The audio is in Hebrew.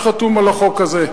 שחתום על החוק הזה,